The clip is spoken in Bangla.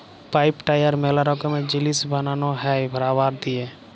পাইপ, টায়র ম্যালা রকমের জিনিস বানানো হ্যয় রাবার দিয়ে